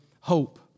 hope